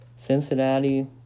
Cincinnati